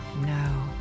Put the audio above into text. No